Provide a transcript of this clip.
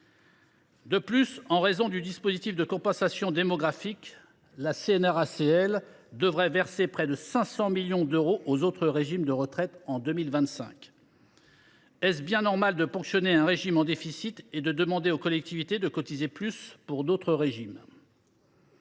De plus, en raison du dispositif de compensation démographique, la CNRACL devrait verser près de 500 millions d’euros aux autres régimes de retraite en 2025. Est il bien normal de ponctionner un régime en déficit et de demander aux collectivités de cotiser davantage pour d’autres régimes ?